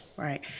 Right